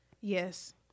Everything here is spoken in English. Yes